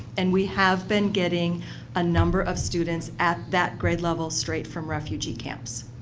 and we have been getting a number of students at that grade level straight from refugee camps.